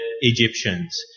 Egyptians